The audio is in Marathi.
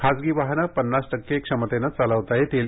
खासगी वाहनं पन्नास टक्के क्षमतेनं चालवता येतील